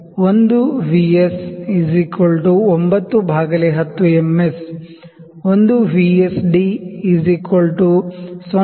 S 10 VS 9 M S 1ವಿ S 910 M S 1 V S D 0